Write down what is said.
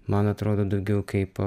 man atrodo daugiau kaip